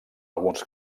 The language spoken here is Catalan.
alguns